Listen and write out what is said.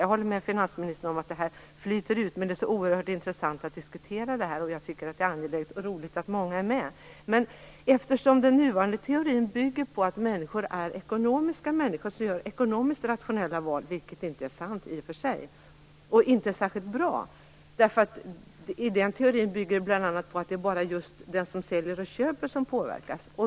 Jag håller med finansministern om att det här flyter ut, men det är så oerhört intressant att diskutera detta. Jag tycker att det är angeläget och roligt att många är med. Men den nuvarande teorin bygger på att människor är ekonomiska och gör ekonomiskt rationella val, vilket i och för sig inte är sant och inte särskilt bra. Den teorin bygger bl.a. på att det bara är just den som säljer och köper som påverkas.